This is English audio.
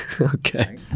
Okay